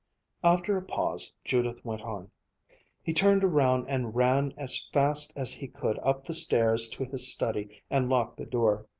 after a pause, judith went on he turned around and ran as fast as he could up the stairs to his study and locked the door.